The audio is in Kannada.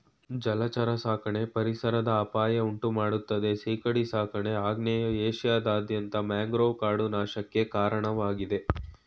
ಜಲಚರ ಸಾಕಣೆ ಪರಿಸರದ ಅಪಾಯ ಉಂಟುಮಾಡ್ತದೆ ಸೀಗಡಿ ಸಾಕಾಣಿಕೆ ಆಗ್ನೇಯ ಏಷ್ಯಾದಾದ್ಯಂತ ಮ್ಯಾಂಗ್ರೋವ್ ಕಾಡು ನಾಶಕ್ಕೆ ಕಾರಣವಾಗಿದೆ